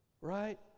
Right